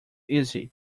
easy